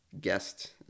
guest